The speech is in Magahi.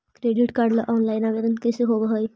क्रेडिट कार्ड ल औनलाइन आवेदन कैसे होब है?